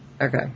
Okay